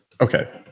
Okay